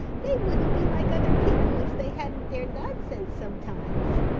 they wouldn't be like other people if they hadn't their nonsense sometimes.